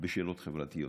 בשאלות חברתיות.